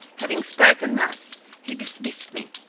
having spoken thus, he dismissed me,